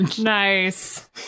Nice